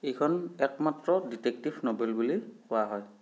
এইখন একমাত্ৰ detective novel বুলি কোৱা হয়